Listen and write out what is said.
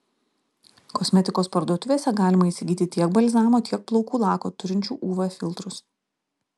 kosmetikos parduotuvėse galima įsigyti tiek balzamo tiek plaukų lako turinčių uv filtrus